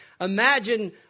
imagine